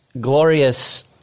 glorious